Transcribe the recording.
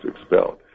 expelled